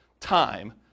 time